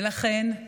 ולכן,